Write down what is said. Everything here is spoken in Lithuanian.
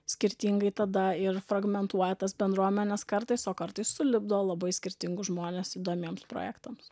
skirtingai tada ir fragmentuoja tas bendruomenes kartais o kartais sulipdo labai skirtingus žmones įdomiems projektams